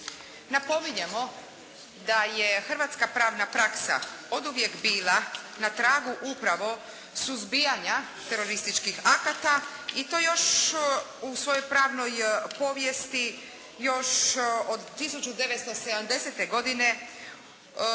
Napominjemo da je hrvatska pravna praksa oduvijek bila na tragu upravo suzbijanja terorističkih akata i to još u svojoj pravnoj povijesti još od 1970. godine